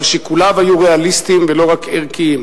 אבל שיקוליו היו ריאליסטיים ולא רק ערכיים.